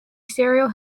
stereo